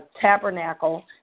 tabernacle